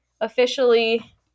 Officially